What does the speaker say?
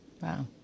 Wow